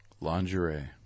Lingerie